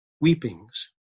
weepings